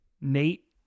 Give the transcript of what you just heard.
Nate